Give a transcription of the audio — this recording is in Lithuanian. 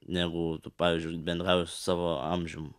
negu tu pavyzdžiui bendrauji su savo amžium